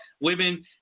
Women